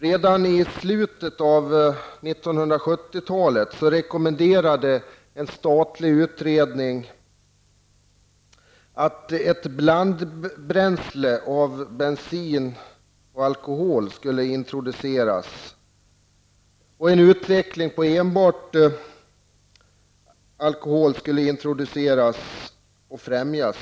Redan i slutet av 1970-talet rekommenderade en statlig utredning en introduktion av ett blandbränsle bestående av bensin och alkohol. En utveckling med enbart alkohol som drivmedel skulle främjas.